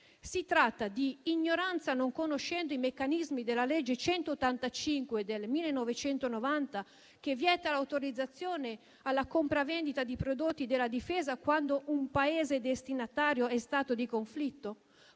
Si tratta di ignoranza dei meccanismi della legge n. 185 del 1990, che vieta l'autorizzazione alla compravendita di prodotti per la difesa, quando il Paese destinatario è in stato di conflitto?